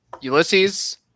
Ulysses